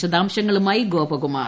വിശദാംശങ്ങളുമായി ഗോപകുമാർ